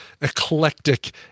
eclectic